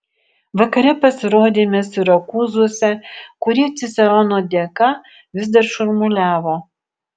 vakare pasirodėme sirakūzuose kurie cicerono dėka vis dar šurmuliavo